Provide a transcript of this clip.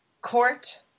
court